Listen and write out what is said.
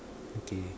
okay